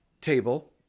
table